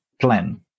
plan